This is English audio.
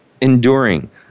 enduring